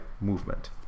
movement